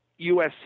USC